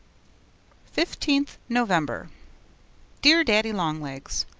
fifteenth november dear daddy-long-legs,